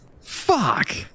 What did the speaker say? Fuck